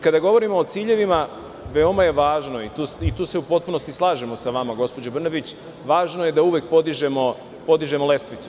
Kada govorimo o ciljevima, veoma je važno i tu se u potpunosti slažemo sa vama gospođo Brnabić, važno je da uvek podižemo lestvicu.